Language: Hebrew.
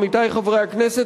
עמיתי חברי הכנסת,